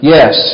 Yes